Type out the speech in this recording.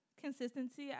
Consistency